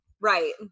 right